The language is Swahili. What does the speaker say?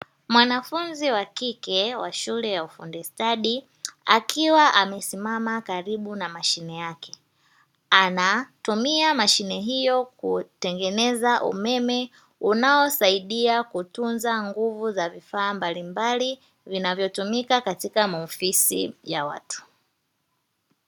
Mwanafunzi wa kike wa shule ya ufundi stadi, akiwa amesimama karibu na mashine yake, anatumia mashine hiyo kutengeneza umeme, unaosaidia kutunza nguvu za vifaa mbalimbali vinavyotumika katika maofisi ya watu.